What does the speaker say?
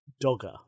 Dogger